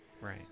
Right